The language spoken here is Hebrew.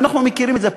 ואנחנו מכירים את זה.